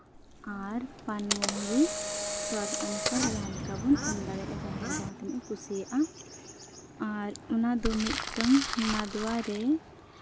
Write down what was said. ᱟᱨ ᱯᱟᱱ ᱢᱩᱦᱨᱤ ᱥᱟᱫ ᱚᱱᱩᱥᱟᱨ ᱡᱟᱦᱟᱸ ᱞᱮᱠᱟ ᱵᱚᱱ ᱮᱢ ᱫᱟᱲᱮᱭᱟᱜᱼᱟ ᱡᱟᱦᱟᱸᱭ ᱡᱟᱦᱟᱸ ᱛᱤᱱᱟᱹᱜᱼᱮ ᱠᱩᱥᱤᱭᱟᱜᱼᱟ ᱟᱨ ᱚᱱᱟᱫᱚ ᱢᱤᱫᱴᱟᱱ ᱱᱟᱫᱽᱣᱟ ᱨᱮ